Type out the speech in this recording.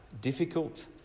difficult